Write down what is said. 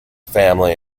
family